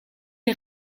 les